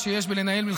חבר הכנסת קריב, תודה.